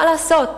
מה לעשות,